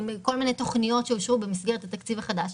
כל מיני תוכניות שאושרו במסגרת התקציב החדש,